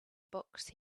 books